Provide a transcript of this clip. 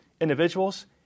individuals